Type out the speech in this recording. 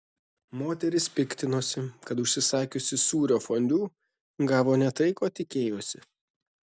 moteris piktinosi kad užsisakiusi sūrio fondiu gavo ne tai ko tikėjosi